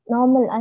Normal